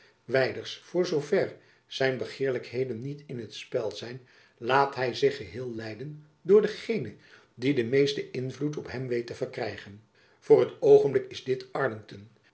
wijders voor zoo ver zijn begeerlijkheden niet in t spel zijn laat hy zich geheel leiden door dengene die den meesten invloed op hem weet te verkrijgen voor t oogenblik is dit arlington